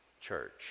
church